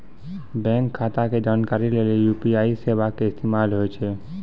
bank खाता के जानकारी लेली यू.पी.आई सेबा के इस्तेमाल होय छै